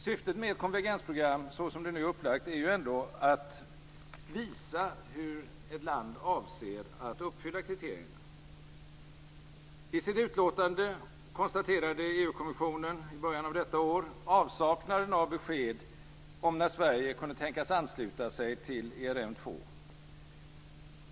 Syftet med ett konvergensprogram, såsom det nu är upplagt, är ju ändå att visa hur ett land avser att uppfylla kriterierna. I sitt utlåtande konstaterade EU-kommissionen i början av detta år avsaknaden av besked om när Sverige kunde tänkas ansluta sig till ERM 2.